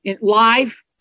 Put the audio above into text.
live